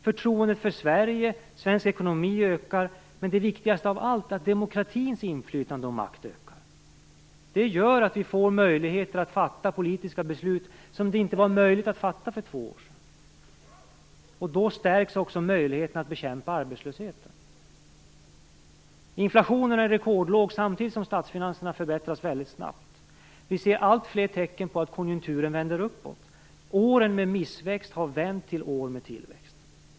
Förtroendet för Sverige och för svensk ekonomi ökar, men det viktigaste av allt är att demokratins inflytande och makt ökar. Det gör att vi får möjligheter att fatta politiska beslut som det inte var möjligt att fatta för två år sedan. Då stärks också möjligheten att bekämpa arbetslösheten. Inflationen är rekordlåg samtidigt som statsfinanserna förbättras väldigt snabbt. Vi ser allt fler tecken på att konjunkturen vänder uppåt. Åren med missväxt har vänts till år med tillväxt.